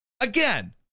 Again